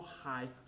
high